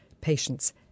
patients